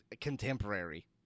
contemporary